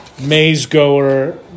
maze-goer